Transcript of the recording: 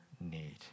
need